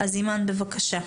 אז אימאן בבקשה.